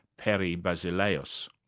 peri basileas.